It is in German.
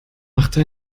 machte